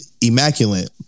immaculate